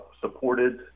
supported